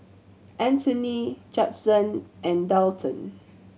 Anthoney Judson and Daulton